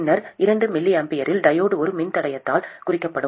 பின்னர் 2 mA இல் diode ஒரு மின்தடையத்தால் குறிக்கப்படும்